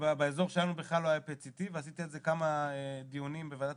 כשבאזור שלנו בכלל לא היה PET CT. עשיתי על זה כמה דיונים בוועדת